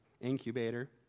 incubator